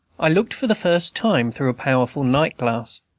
i looked for the first time through a powerful night-glass.